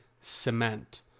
cement